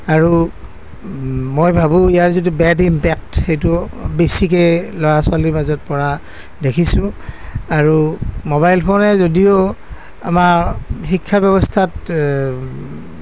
আৰু মই ভাবোঁ ইয়াৰ যিটো বেড ইমপেক্ট সেইটো বেছিকৈ ল'ৰা ছোৱালীৰ মাজত পৰা দেখিছোঁ আৰু মোবাইল ফোনে যদিও আমাৰ শিক্ষা ব্যৱস্থাত